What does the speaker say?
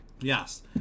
Yes